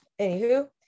Anywho